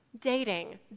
Dating